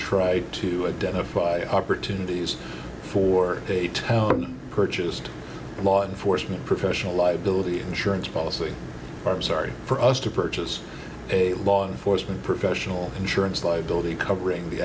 try to identify opportunities for a talent purchased law enforcement professional liability insurance policy i'm sorry for us to purchase a law enforcement professional insurance liability covering the